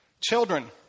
Children